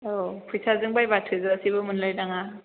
औ फैसाजों बायबा थोजासेबो मोनलाय लाङा